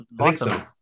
Awesome